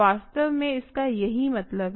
वास्तव में इसका यही मतलब है